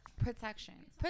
protection